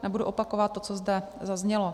Nebudu opakovat to, co zde zaznělo.